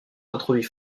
introduits